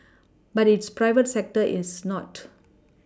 but its private sector is not